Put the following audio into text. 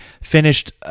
finished